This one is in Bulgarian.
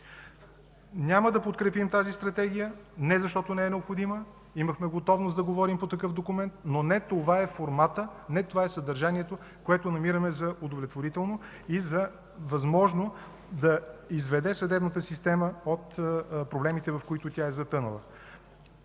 Няма да подкрепим тази стратегия, не защото не е необходима. Имахме готовност да говорим по такъв документ, но не това е форматът, не това е съдържанието, което намираме за удовлетворително и за възможно да изведе съдебната система от проблемите, в които тя е затънала.